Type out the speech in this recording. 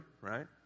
right